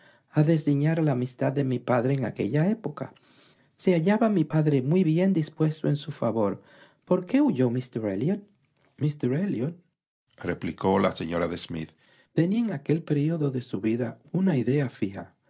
a desdeñar la amistad de mi padre en aquella época se hallaba mi padre muy bien dispuesto en su favor por qué huyó míster elliot míster elliotreplicó la señora de smith tenía en aquel período de su vida una idea fija